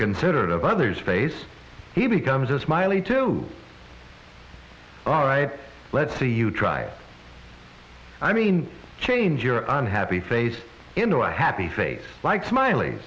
considerate of others face he becomes a smiley too all right let's see you try i mean change your i'm happy face into a happy face like smil